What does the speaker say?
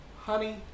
Honey